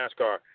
NASCAR